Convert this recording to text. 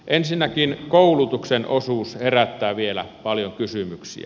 ensinnäkin koulutuksen osuus herättää vielä paljon kysymyksiä